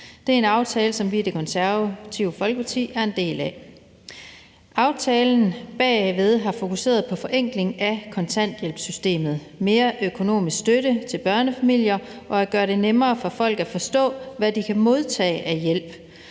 Det er en aftale, som vi i Det Konservative Folkeparti er en del af. I aftalen er der fokuseret på en forenkling af kontanthjælpssystemet, mere økonomisk støtte til børnefamilier og at gøre det nemmere for folk at forstå, hvad de kan modtage af hjælp,